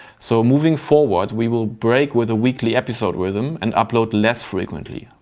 so moving forward, we will break with a weekly episode rythm and upload less frequently.